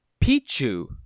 Pichu